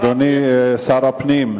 אדוני היושב-ראש, אדוני שר הפנים,